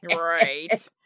Right